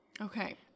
Okay